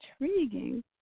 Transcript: intriguing